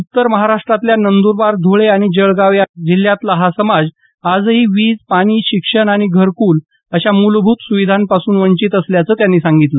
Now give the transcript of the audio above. उत्तर महाराष्ट्रातल्या नंदरबार धुळे आणि जळगाव या जिल्ह्यातला हा समाज आजही वीज पाणी शिक्षण आणि घरकुल अशा मुलभूत सुविधांपासून वंचित असल्याचं त्यांनी सांगितलं